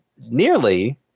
nearly